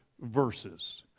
verses